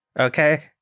Okay